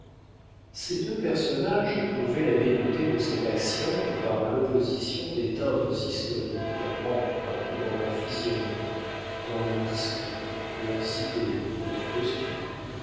ces deux personnages prouvaient la vérité de cet axiome par l'opposition des teintes historiques empreintes dans leurs physionomies dans leurs discours leurs idées leurs costumes